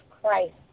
Christ